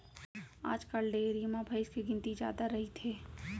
आजकाल डेयरी म भईंस के गिनती जादा रइथे